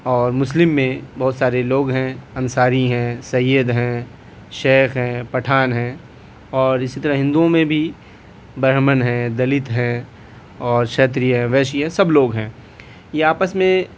اور مسلم میں بہت سارے لوگ ہیں انصاری ہیں سید ہیں شیخ ہیں پٹھان ہیں اور اسی طرح ہندوؤں میں بھی برہمن ہیں دلت ہیں اور شتریہ ویشیہ سب لوگ ہیں یہ آپس میں